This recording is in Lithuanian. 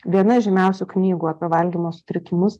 viena žymiausių knygų apie valgymo sutrikimus